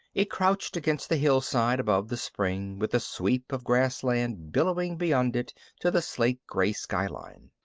it crouched against the hillside above the spring, with the sweep of grassland billowing beyond it to the slate-gray skyline.